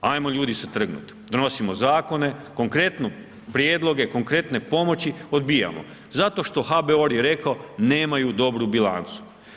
Ajmo ljudi se trgnut, donosimo zakone, konkretno prijedloge, konkretne pomoći odbijamo, zato što HBOR je rekao nemaju dobru bilancu.